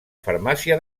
farmàcia